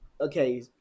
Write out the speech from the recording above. Okay